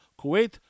Kuwait